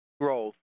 growth